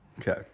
Okay